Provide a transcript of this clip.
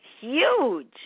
huge